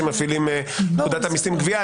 שמפעילים פקודת המיסים גבייה.